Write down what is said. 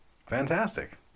Fantastic